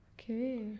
Okay